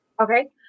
okay